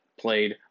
played